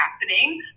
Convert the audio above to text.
happening –